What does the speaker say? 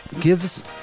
gives